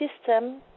system